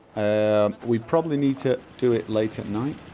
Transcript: ah, we probably need to do it late at night?